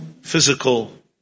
physical